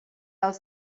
als